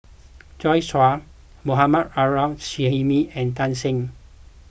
Joi Chua Mohammad Arif Suhaimi and Tan Shen